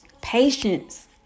Patience